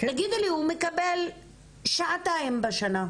תגידי, הוא מקבל שעתיים בשנה.